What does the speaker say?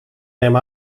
neem